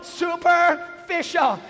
superficial